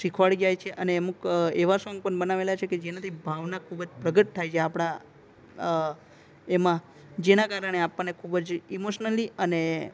શીખવાડી જાય છે અને અમુક એવા સોંગ પણ બનાવેલા છે જેનાથી ભાવના ખૂબ જ પ્રગટ થાય છે આપણા એમાં જેના કારણે આપણને ખૂબ જ ઈમોશનલી અને